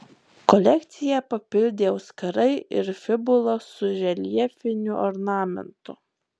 kolekciją papildė auskarai ir fibula su reljefiniu ornamentu